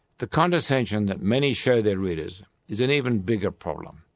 the condescension that many show their readers is an even bigger problem.